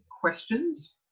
questions